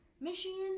Michigan